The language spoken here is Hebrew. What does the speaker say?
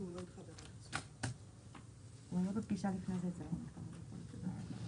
להכשיר את עצמם מבחינה מקצועית בעולם הטכנולוגיה או כל מקצוע טוב שמניב